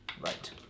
Right